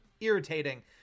irritating